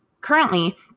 currently